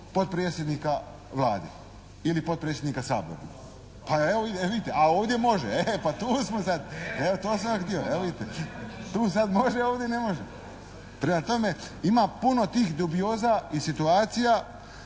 potpredsjednika Vlade ili potpredsjednika Sabora. … /Upadica se ne čuje./ … Evo vidite, a ovdje može. E pa tu smo sad. Evo to sam vam htio, evo vidite tu sada može ovdje ne može. Prema tome ima puno tih dubioza i situacija